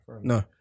No